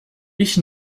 ich